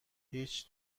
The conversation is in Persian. هیچ